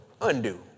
Undo